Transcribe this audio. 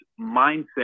mindset